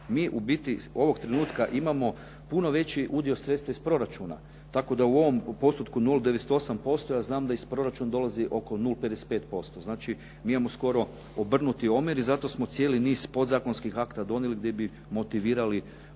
mi u biti ovog trenutka imamo puno veći udio sredstva iz proračuna, tako da u ovom postotku 0,98% ja znam da iz proračuna dolazi oko 0,55%. Znači, mi imamo skoro obrnuti omjer i zato smo cijeli niz podzakonskih akata donijeli gdje bi motivirali